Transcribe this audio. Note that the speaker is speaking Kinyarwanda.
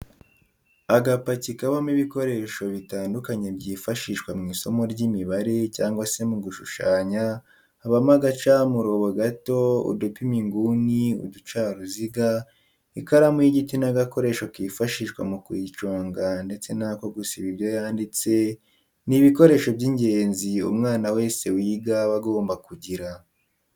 Agapaki kabamo ibikoresho bitandukanye byifashishwa mw'isomo ry'imibare cyangwa se mu gushushanya habamo agacamurobo gato, udupima inguni, uducaruziga ,ikaramu y'igiti n'agakoresho kifashishwa mu kuyiconga ndetse n'ako gusiba ibyo yanditse, ni ibikoresho by'ingenzi umwana wese wiga aba agomba kugira.